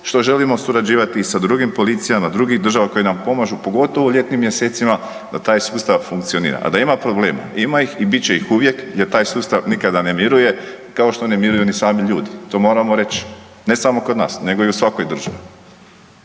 što želimo surađivati i sa drugim policijama drugih država koje nam pomažu pogotovo u ljetnim mjesecima da taj sustav funkcionira. A da ima problema ima ih i bit će ih uvijek jer taj sustav nikada ne mirujem, kao što ne miruju ni sami ljudi. To moramo reć, ne samo kod nas nego i u svakoj državi.